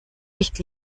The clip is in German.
nicht